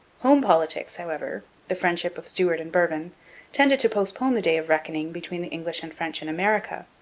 home politics, however the friendship of stuart and bourbon tended to postpone the day of reckoning between the english and french in america.